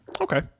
Okay